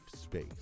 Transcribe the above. space